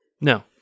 No